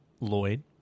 Lloyd